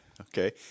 okay